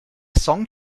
song